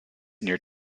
near